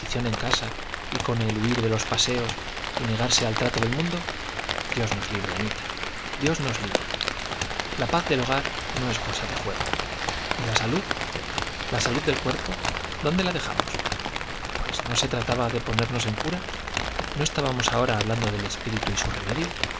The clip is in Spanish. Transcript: en casa y con el huir los paseos y negarse al trato del mundo dios nos libre anita dios nos libre la paz del hogar no es cosa de juego y la salud la salud del cuerpo dónde la dejamos pues no se trataba de ponernos en cura no estábamos ahora hablando del espíritu y su remedio